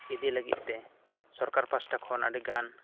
ᱤᱫᱤ ᱞᱟᱹᱜᱤᱫ ᱛᱮ ᱥᱚᱨᱠᱟᱨ ᱯᱟᱥᱴᱟ ᱠᱷᱚᱱ ᱟᱹᱰᱤᱜᱟᱱ